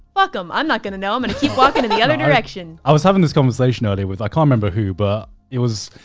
fuck em, i'm not gonna know i'm gonna keep walking in the other direction. i was having this conversation earlier with, i can't remember who, but it was,